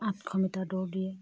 আঠশ মিটাৰ দৌৰ দিয়ে